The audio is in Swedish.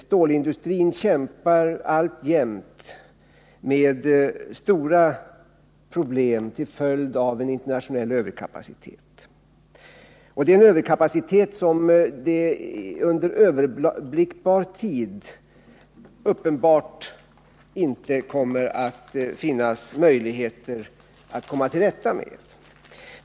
Stålindustrin kämpar alltjämt med stora problem till följd av en internationell överkapacitet. Det är en överkapacitet som det under överblickbar tid uppenbart inte kommer att finnas möjligheter att komma till rätta med.